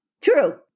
True